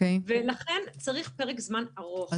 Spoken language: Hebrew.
לכן צריך פרק זמן ארוך, זה הסיפור.